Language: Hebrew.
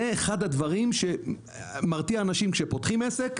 זה אחד הדברים שמרתיע אנשים כשהם פותחים עסק,